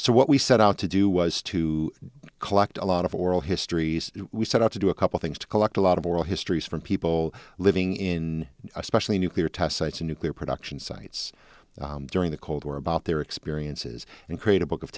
so what we set out to do was to collect a lot of oral histories we set out to do a couple things to collect a lot of oral histories from people living in especially nuclear test sites in nuclear production sites during the cold war about their experiences and create a book of